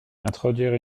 introduire